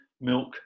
milk